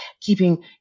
keeping